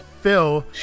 Phil